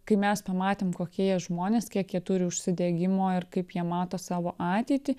kai mes pamatėm kokie jie žmonės kiek jie turi užsidegimo ir kaip jie mato savo ateitį